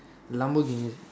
Lamborghini